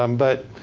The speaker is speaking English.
um but,